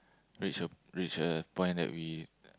reach a reach a point that we